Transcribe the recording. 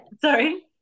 Sorry